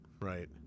Right